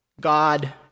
God